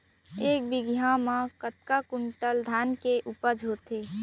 एक बीघा म कतका क्विंटल धान के उपज ह होथे?